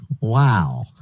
Wow